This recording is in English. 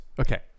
Okay